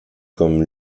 comme